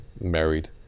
married